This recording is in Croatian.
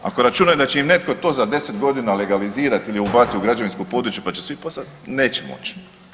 Ako računaju da će im netko to za 10 godina legalizirat ili ubacit u građevinsko područje pa će svi poslat, neće moć.